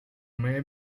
may